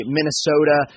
Minnesota